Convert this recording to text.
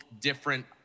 different